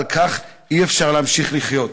ועל כך אי-אפשר להמשיך לחיות,